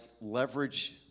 leverage